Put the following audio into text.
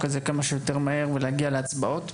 הזאת כמה שיותר מהר ולהגיע להצבעות.